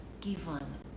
given